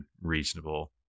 reasonable